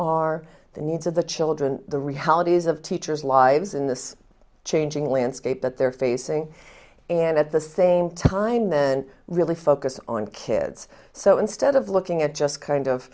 are the needs of the children the realities of teachers lives in this changing landscape that they're facing and at the same time then really focus on kids so instead of looking at just kind of